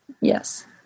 Yes